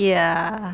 ya